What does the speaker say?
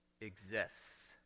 exists